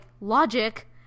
logic